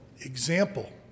example